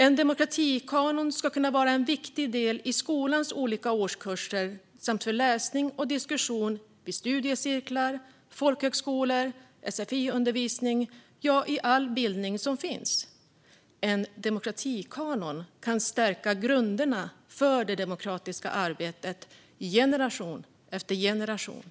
En demokratikanon ska kunna vara en viktig del i skolans olika årskurser samt för läsning och diskussion vid studiecirklar, folkhögskolor och sfi-undervisning - ja, i all bildning som finns. En demokratikanon kan stärka grunderna för det demokratiska arbetet i generation efter generation.